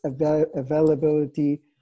availability